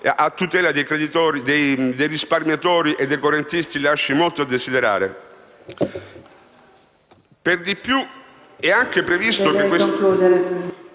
a tutela del risparmiatori e dei correntisti lasci molto a desiderare. Per di più è previsto che questo